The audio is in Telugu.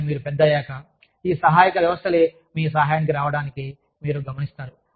కానీ మీరు పెద్దయ్యాక ఈ సహాయక వ్యవస్థలే మీ సహాయానికి రావడాన్ని మీరు గమనిస్తారు